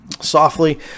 softly